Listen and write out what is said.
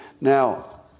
Now